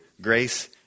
Grace